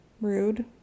rude